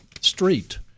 street